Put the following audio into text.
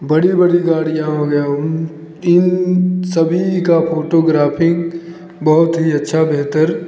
बड़ी बड़ी गाड़ियां हो गए इन सभी का फोटोग्राफी बहुत ही अच्छा बेहतर